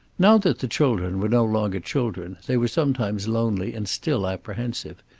now that the children were no longer children, they were sometimes lonely and still apprehensive.